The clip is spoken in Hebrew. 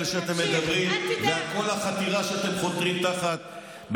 שאתם מדברים ועל כל החתירה שאתם חותרים באמת